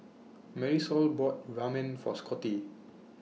Marisol bought Ramen For Scottie